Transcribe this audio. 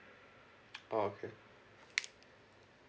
oh okay